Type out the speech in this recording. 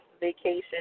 vacation